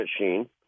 machine